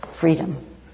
freedom